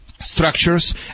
structures